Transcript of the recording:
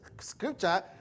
Scripture